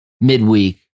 midweek